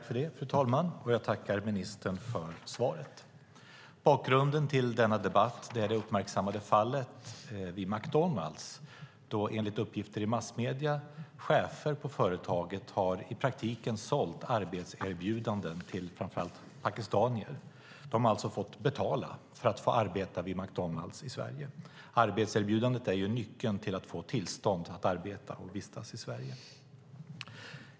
Fru talman! Jag tackar ministern för svaret. Bakgrunden till denna debatt är det uppmärksammade fallet vid McDonalds. Enligt uppgifter i massmedier har chefer på företaget i praktiken sålt arbetserbjudanden till framför allt pakistanier, som alltså har fått betala för att få arbeta vid McDonalds i Sverige. Arbetserbjudandet är ju nyckeln till att få tillstånd att arbeta och vistas i Sverige.